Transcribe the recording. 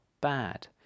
bad